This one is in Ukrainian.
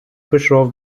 пішов